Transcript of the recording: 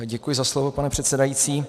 Děkuji za slovo, pane předsedající.